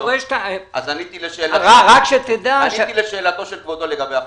עניתי לשאלת כבודו לגבי החודש.